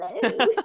hello